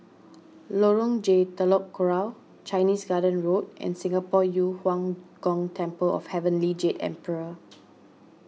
Lorong J Telok Kurau Chinese Garden Road and Singapore Yu Huang Gong Temple of Heavenly Jade Emperor